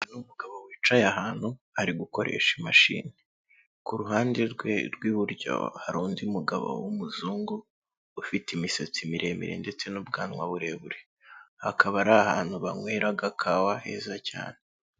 Uyu ni umugabo wicaye ahantu ari gukoresha imashini, ku ruhande rwe rw'iburyo hari undi mugabo w'umuzungu ufite imisatsi miremire ndetse n'ubwanwa burebure, akaba ari ahantu banywera agakawa heza cyane.